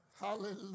Hallelujah